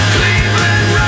Cleveland